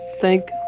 thank